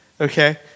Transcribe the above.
okay